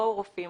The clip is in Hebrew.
יבואו רופאים,